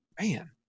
man